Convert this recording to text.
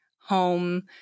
home